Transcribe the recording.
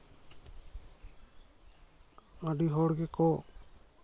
ᱟᱹᱰᱤ ᱦᱚᱲ ᱜᱮᱠᱚ